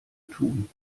tun